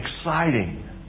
exciting